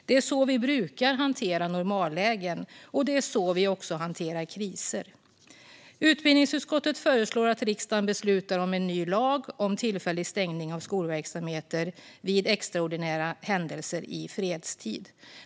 Det är så vi brukar hantera normallägen, och det är så vi också hanterar kriser. Utbildningsutskottet föreslår att riksdagen beslutar om en ny lag om tillfällig stängning av skolverksamheter vid extraordinära händelser i fredstid.